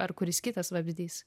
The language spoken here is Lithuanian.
ar kuris kitas vabzdys